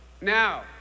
Now